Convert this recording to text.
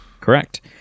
Correct